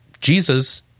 Jesus